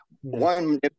one